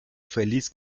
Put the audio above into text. feliz